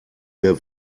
der